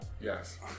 Yes